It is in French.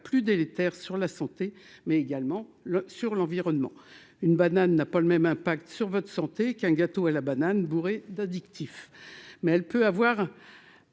plus délétères sur la santé mais également sur l'environnement, une banane n'a pas le même impact sur votre santé qu'un gâteau à la banane, bourré d'addictif, mais elle peut avoir